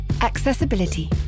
Accessibility